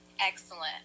Excellent